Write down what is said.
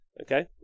okay